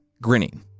grinning